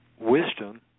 wisdom